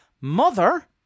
mother